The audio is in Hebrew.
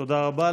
תודה רבה.